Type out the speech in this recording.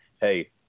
hey